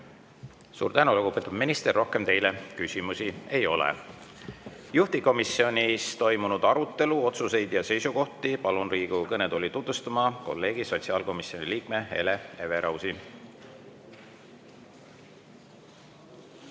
Suur tänu, lugupeetud minister! Rohkem teile küsimusi ei ole. Juhtivkomisjonis toimunud arutelu, otsuseid ja seisukohti palun Riigikogu kõnetooli tutvustama kolleegi, sotsiaalkomisjoni liikme Hele Everausi.